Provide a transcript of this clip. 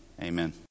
Amen